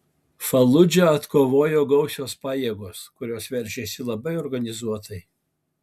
faludžą atkovojo gausios pajėgos kurios veržėsi labai organizuotai